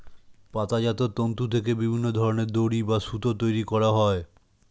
পাতাজাত তন্তু থেকে বিভিন্ন ধরনের দড়ি বা সুতো তৈরি করা হয়